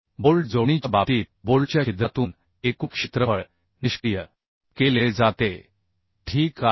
bolt जोडणीच्या बाबतीत बोल्टच्या छिद्रातून एकूण क्षेत्रफळ निष्क्रिय केले जाते ठीक आहे